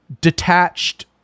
detached